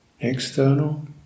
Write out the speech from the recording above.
external